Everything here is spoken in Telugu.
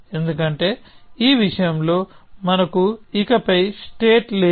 ఎందుకంటే ఈ విషయంలో మనకు ఇక పై స్టేట్ లేదు